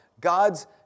God's